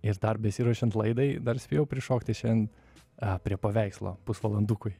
ir dar besiruošiant laidai dar spėjau prišokti šiandien a prie paveikslo pusvalandukui